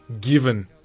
given